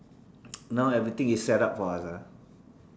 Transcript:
now everything is setup for us ah